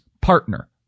partner